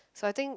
so I think